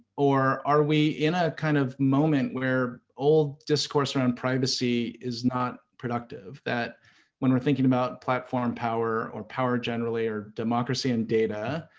or are we in a kind of moment where old discourse around privacy is not productive? that when we're thinking about platform power, or power generally, or democracy and data,